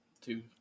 two